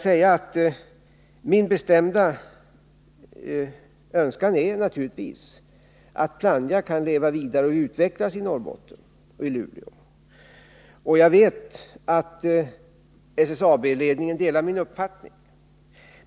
Min bestämda önskan är naturligtvis att Plannja kan leva vidare och utvecklas i Luleå, och jag vet att SSAB-ledningen delar min uppfattning.